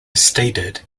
stated